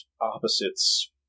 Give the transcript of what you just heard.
opposites